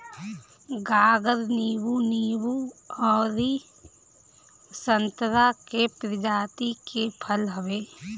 गागर नींबू, नींबू अउरी संतरा के प्रजाति के फल हवे